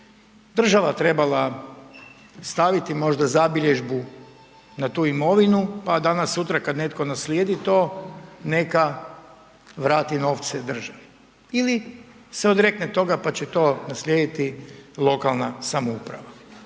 država trebala staviti možda zabilježbu na tu imovinu, pa danas-sutra kada netko naslijedi to neka vrati novce državi ili se odrekne toga pa će to naslijediti lokalna samouprava.